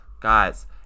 Guys